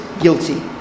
guilty